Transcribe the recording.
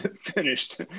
finished